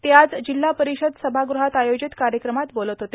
ते आज जिल्हा परिषद सभागृहात आयोजित कार्यक्रमात बोलत होते